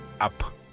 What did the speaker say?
up